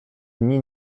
dni